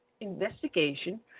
investigation